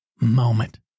moment